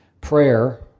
Prayer